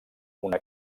una